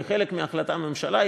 כחלק מהחלטת ממשלה,